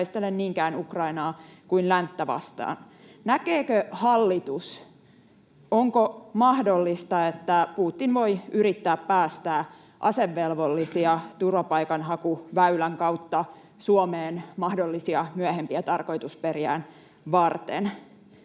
ei taistele niinkään Ukrainaa vaan länttä vastaan. Näkeekö hallitus, onko mahdollista, että Putin voi yrittää päästää asevelvollisia turvapaikanhakuväylän kautta Suomeen mahdollisia myöhempiä tarkoitusperiään varten?